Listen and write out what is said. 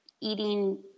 eating